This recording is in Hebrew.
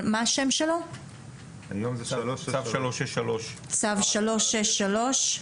צו 363,